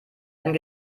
einen